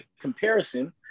comparison